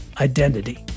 identity